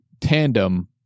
tandem